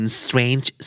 strange